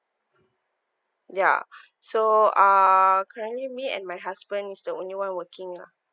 ya so uh currently me and my husband is the only one working lah